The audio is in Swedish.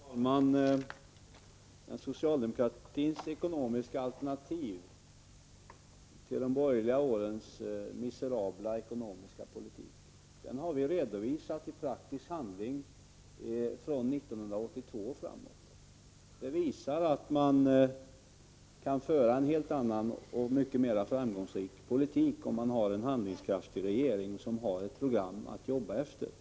Herr talman! Socialdemokratins ekonomiska alternativ till de borgerliga årens miserabla ekonomiska politik har vi redovisat i praktisk handling från 1982 och framåt. Detta visar att man kan föra en helt annan och mycket mer framgångsrik politik om man har en handlingskraftig regering som har ett program att arbeta efter.